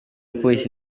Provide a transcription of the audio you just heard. polisi